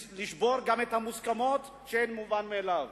לשבור גם את המוסכמות שהן מובן מאליו.